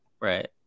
right